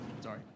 Sorry